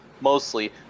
mostly